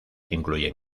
incluyen